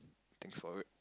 thanks for it